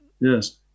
yes